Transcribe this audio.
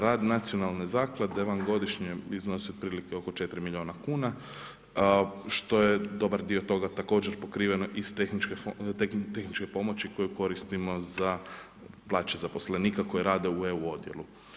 Rad Nacionalne zaklade vam godišnje iznosi otprilike oko 4 milijuna kuna, što je dobar dio toga također pokriven iz tehničke pomoći koju koristimo za plaće zaposlenika koji rade u EU odjelu.